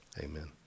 amen